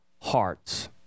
hearts